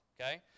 okay